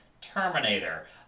Terminator